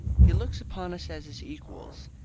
he looks upon us as his equals,